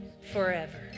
forever